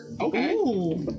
Okay